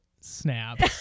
snap